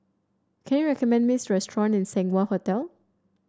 can you recommend me restaurant near Seng Wah Hotel